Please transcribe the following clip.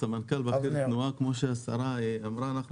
כמו שהשרה אמרה, אנחנו